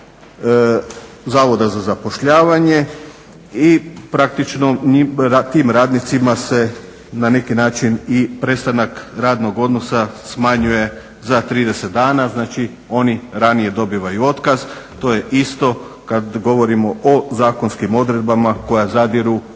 Zavoda za zapošljavanje i praktično tim radnicima se na neki način i prestanak radnog odnosa smanjuje za 30 dana. Znači, oni ranije dobivaju otkaz. To je isto kad govorimo o zakonskim odredbama koja zadiru